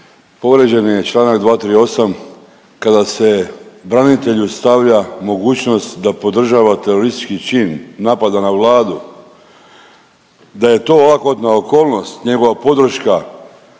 povrijeđen je čl. 238. kada se branitelju stavlja mogućnost da podržava teroristički čin napada na Vladu da je to olakotna okolnost, njegova podrška